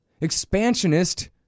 Expansionist